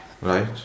Right